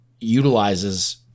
utilizes